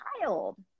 child